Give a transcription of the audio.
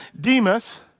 Demas